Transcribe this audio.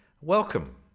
welcome